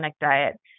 diet